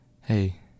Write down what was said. hey